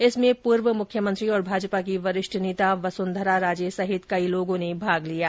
इसमें पूर्व मुख्यमंत्री और भाजपा की वरिष्ठ नेता वसुंधरा राजे सहित कई लोगों ने भाग लिया